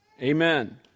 Amen